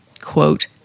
quote